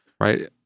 Right